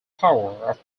power